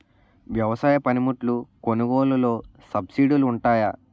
వ్యవసాయ పనిముట్లు కొనుగోలు లొ సబ్సిడీ లు వుంటాయా?